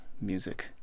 music